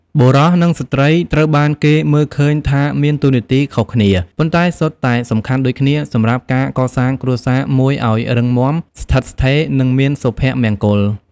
បុរសនិងស្ត្រីត្រូវបានគេមើលឃើញថាមានតួនាទីខុសគ្នា ប៉ុន្តែសុទ្ធតែសំខាន់ដូចគ្នាសម្រាប់ការកសាងគ្រួសារមួយឲ្យរឹងមាំ ស្ថិតស្ថេរ និងមានសុភមង្គល។